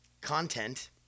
content